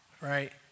right